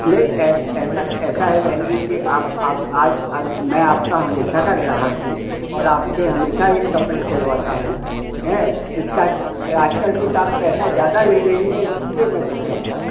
नहीं ऐसा ऐसा है बहन जी कि आप आप आज आज मैं आपका हमेशा का ग्राहक हूँ और आपसे हमेशा ही कपड़े सिलवाता हूँ हैं इसका आज कल कुछ आप पैसा ज़्यादा ले रही हैं इसलिए मैं बोल रहा था